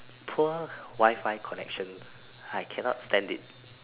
poor Wi-Fi connection I cannot stand it